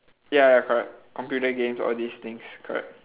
ya ya correct computer games all these things correct